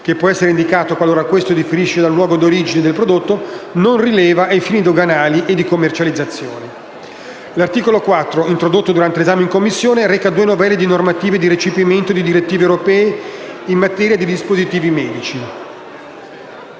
che può essere indicato qualora questo differisce dal luogo d'origine del prodotto, non rileva ai fini doganali e di commercializzazione. L'articolo 4 - introdotto durante l'esame in Commissione - reca due novelle di normative di recepimento di direttive europee in materia di dispositivi medici.